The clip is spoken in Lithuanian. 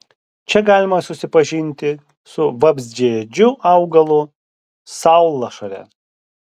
čia galima susipažinti su vabzdžiaėdžiu augalu saulašare